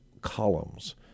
columns